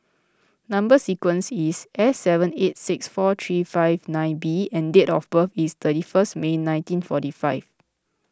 Number Sequence is S seven eight six four three five nine B and date of birth is thirty first May nineteen forty five